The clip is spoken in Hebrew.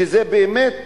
שזה באמת בזבוז,